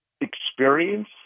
experience